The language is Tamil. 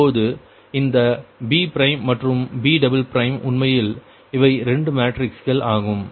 இப்பொழுது இந்த B மற்றும் B உண்மையில் இவை 2 மேட்ரிக்ஸ்கள் ஆகும்